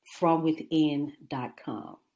fromwithin.com